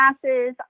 classes